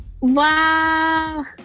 Wow